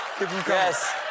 yes